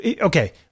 Okay